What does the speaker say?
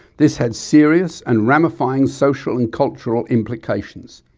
this had serious and ramifying social and cultural implications,